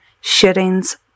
shootings